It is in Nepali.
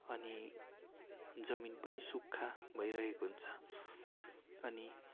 अनि जमिन पनि सुक्खा भइरहेको हुन्छ अनि